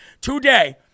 today